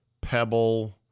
Pebble